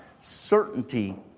certainty